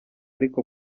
ariko